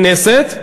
לכנסת.